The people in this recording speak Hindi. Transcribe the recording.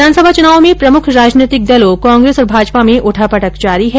विधानसभा चुनाव में प्रमुख राजनैतिक दलों कांग्रेस और भाजपा में उठापठक जारी है